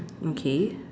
okay